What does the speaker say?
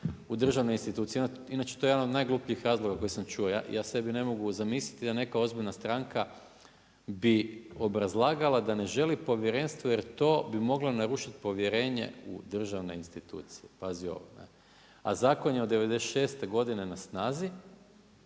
u državne institucije. Inače to je jedan od najglupljih razloga koje sam čuo. Ja sebe ne mogu zamisliti da neka ozbiljna stranka bi obrazlagala da ne želi povjerenstvo, jer to bi moglo narušiti povjerenje državne institucije. Pazi ovo. A zakon je od 96' godine na snazi.